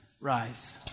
rise